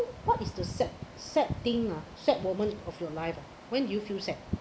what is the sad sad thing ah sad moment of your life ah when do you feel sad